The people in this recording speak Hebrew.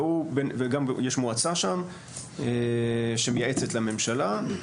יש מועצה שם שמייעצת לממשלה,